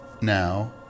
now